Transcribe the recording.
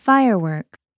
Fireworks